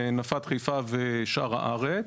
בנפת חיפה ושאר הארץ,